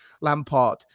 Lampard